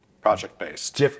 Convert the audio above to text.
Project-based